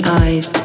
eyes